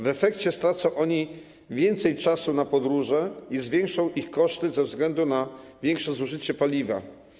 W efekcie stracą oni więcej czasu na podróże i zwiększą się ich koszty ze względu na większe zużycie paliwa.